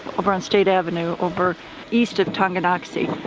over on state avenue over east of tonganoxie.